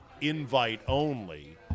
invite-only